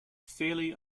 fairly